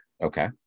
Okay